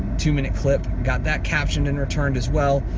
two-minute clip. got that captioned and returned as well.